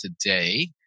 today